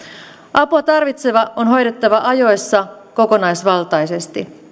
apua tarvitsevaa on hoidettava ajoissa kokonaisvaltaisesti